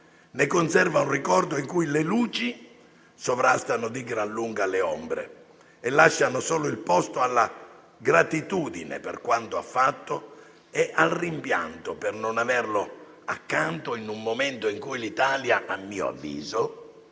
ne conserva un ricordo in cui le luci sovrastano di gran lunga le ombre e lasciano solo il posto alla gratitudine per quanto ha fatto e al rimpianto per non averlo accanto in un momento in cui l'Italia, a mio avviso,